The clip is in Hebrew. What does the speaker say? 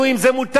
זה מותר?